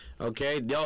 Okay